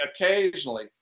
occasionally